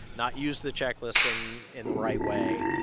not used the checklist and in the right way,